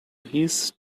his